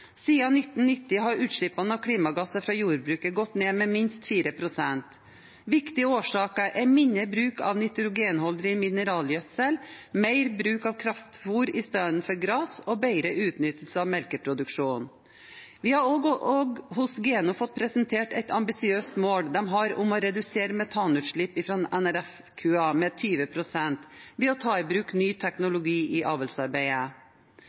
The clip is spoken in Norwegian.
1990 har utslippene av klimagasser fra jordbruket gått ned med minst 4 pst. Viktige årsaker er mindre bruk av nitrogenholdig mineralgjødsel, mer bruk av kraftfôr i stedet for gras og bedre utnyttelse av melkeproduksjonen. Vi har også hos Geno fått presentert et ambisiøst mål de har om å redusere metanutslipp fra NRF-kua med 20 pst. ved å ta i bruk ny teknologi i